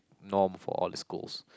norm for all the schools